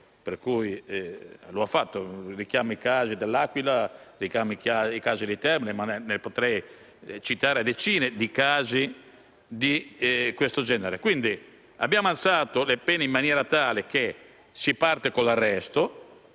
le ragioni del fatto. Richiamo i casi dell'Aquila o di Terni, ma potrei citare decine di casi di questo genere. Quindi, abbiamo alzato le pene in maniera tale che si parta con l'arresto.